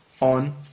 on